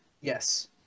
Yes